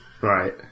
Right